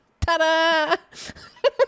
Ta-da